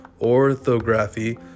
orthography